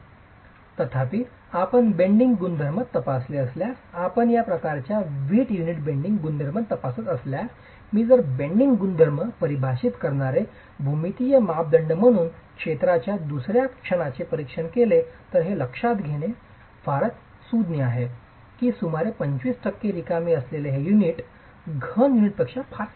तथापि आपण बेंडिंग गुणधर्म तपासले असल्यास आपण या प्रकारच्या वीट युनिटच्या बेंडिंग गुणधर्म तपासत असल्यास जर मी बेंडिंग गुणधर्म परिभाषित करणारे भूमितीय मापदंड म्हणून क्षेत्राच्या दुसर्या क्षणाचे परीक्षण केले तर हे लक्षात घेणे फारच सुज्ञ आहे की सुमारे 25 टक्के रिकामे असलेले हे युनिट घन युनिटपेक्षा फारसे वेगळे नाही